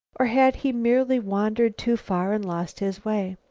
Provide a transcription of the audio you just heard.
or had he merely wandered too far and lost his way?